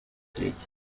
kirekire